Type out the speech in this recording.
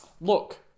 Look